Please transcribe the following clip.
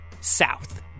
south